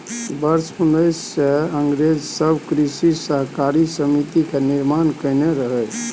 वर्ष उन्नैस सय मे अंग्रेज सब कृषि सहकारी समिति के निर्माण केने रहइ